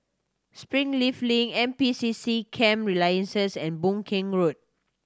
Springleaf Link N P C C Camp Resilience and Boon Keng Road